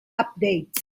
updates